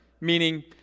meaning